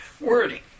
wording